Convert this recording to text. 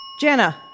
Jenna